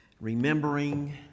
remembering